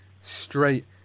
straight